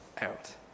out